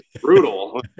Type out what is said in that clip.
brutal